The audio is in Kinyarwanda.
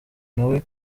nawe